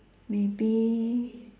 maybe